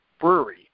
brewery